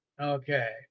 Okay